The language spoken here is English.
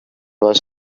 was